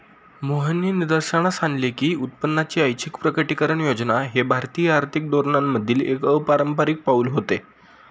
मोहननी निदर्शनास आणले की उत्पन्नाची ऐच्छिक प्रकटीकरण योजना हे भारतीय आर्थिक धोरणांमधील एक अपारंपारिक पाऊल होते